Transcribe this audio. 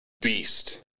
beast